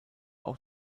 auch